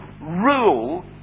rule